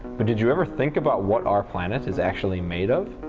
but did you ever think about what our planet is actually made of?